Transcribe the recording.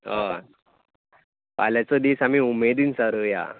हय फाल्यांचो दीस आमी उमेदीन सारुया